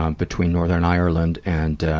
um between norther and ireland and, ah,